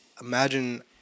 imagine